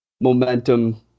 momentum